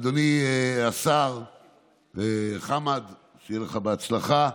אדוני השר חמד, שיהיה לך בהצלחה,